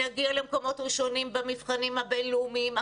נגיע למקומות ראשונים במבחנים הבינלאומיים,